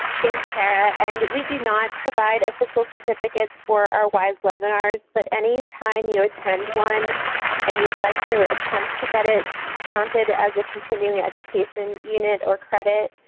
thanks, sarah. and we do not provide official certificates for our wise webinars. but any time you attend one and you would like to attempt to get it counted as a continuing education unit or credit,